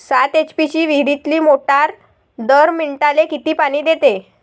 सात एच.पी ची विहिरीतली मोटार दर मिनटाले किती पानी देते?